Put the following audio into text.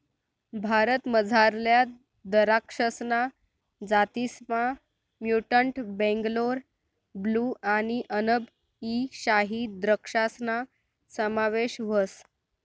भारतमझारल्या दराक्षसना जातीसमा म्युटंट बेंगलोर ब्लू आणि अनब ई शाही द्रक्षासना समावेश व्हस